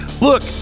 look